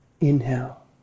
Inhale